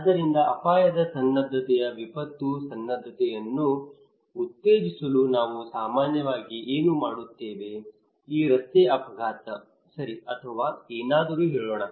ಆದ್ದರಿಂದ ಅಪಾಯದ ಸನ್ನದ್ಧತೆಯ ವಿಪತ್ತು ಸನ್ನದ್ಧತೆಯನ್ನು ಉತ್ತೇಜಿಸಲು ನಾವು ಸಾಮಾನ್ಯವಾಗಿ ಏನು ಮಾಡುತ್ತೇವೆ ಈ ರಸ್ತೆ ಅಪಘಾತ ಸರಿ ಅಥವಾ ಏನಾದರೂ ಹೇಳೋಣ